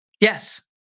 yes